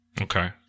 Okay